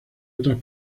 otras